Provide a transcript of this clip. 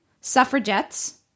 suffragettes